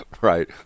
right